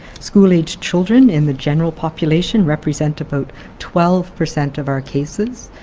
school-age children in the general population represent about twelve per cent of our cases,